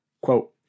quote